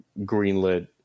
greenlit